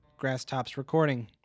grasstopsrecording